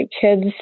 kids